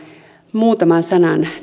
muutaman sanan